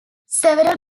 several